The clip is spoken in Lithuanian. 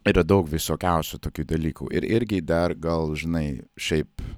yra daug visokiausių tokių dalykų ir irgi dar gal žinai šiaip